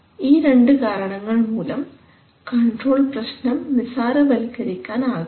ഈ രണ്ടു കാരണങ്ങൾ മൂലം കൺട്രോൾ പ്രശ്നം നിസാരവൽക്കരിക്കാൻ ആകില്ല